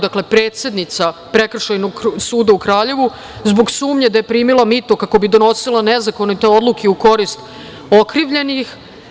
Dakle, predsednica Prekršajnog suda u Kraljevu, zbog sumnje da je primila mito kako bi donosila nezakonite odluke u korist okrivljenih.